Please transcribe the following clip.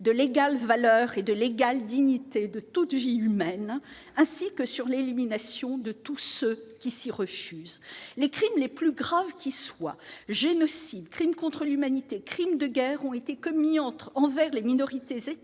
de l'égale valeur et de l'égale dignité de toute vie humaine ainsi que sur l'élimination de tous ceux qui s'y refusent les crimes les plus graves qu'soient génocide, crimes contre l'humanité, crimes de guerre ont été commis entre envers les minorités, c'est